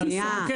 מספיק.